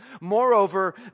Moreover